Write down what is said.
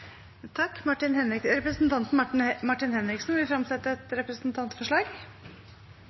Representanten Martin Henriksen vil fremsette et representantforslag.